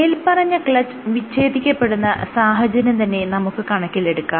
മേല്പറഞ്ഞ ക്ലച്ച് വിച്ഛേദിക്കപ്പെടുന്ന സാഹചര്യം തന്നെ നമുക്ക് കണക്കിലെടുക്കാം